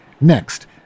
Next